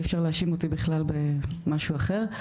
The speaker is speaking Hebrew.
אי אפשר להאשים אותי בכלל במשהו אחר,